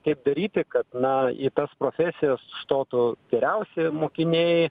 kaip daryti kad na tas profesijas stotų geriausi mokiniai